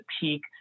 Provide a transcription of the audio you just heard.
peak